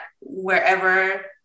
wherever